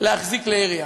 להחזיק כלי ירי.